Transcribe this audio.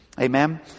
Amen